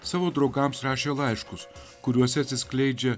savo draugams rašė laiškus kuriuose atsiskleidžia